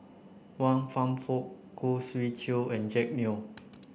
Wan Kam Fook Khoo Swee Chiow and Jack Neo